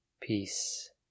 peace